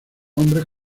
hombres